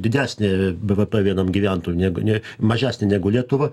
didesnį bvp vienam gyventojui negu ne mažesnį negu lietuva